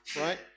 right